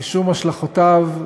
משום השלכותיו,